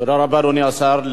תודה רבה, אדוני השר.